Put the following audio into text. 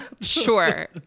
Sure